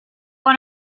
one